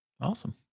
Awesome